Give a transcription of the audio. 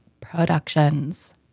Productions